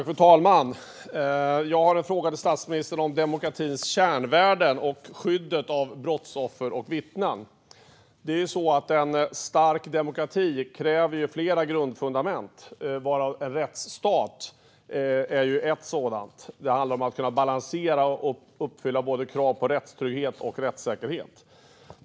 Fru talman! Jag har en fråga till statsministern om demokratins kärnvärden och skyddet av brottsoffer och vittnen. En stark demokrati kräver ju flera grundfundament, varav rättsstaten är ett. Det handlar om att kunna balansera och uppfylla krav på rättstrygghet och rättssäkerhet.